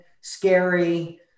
scary